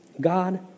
God